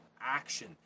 action